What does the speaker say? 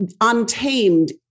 Untamed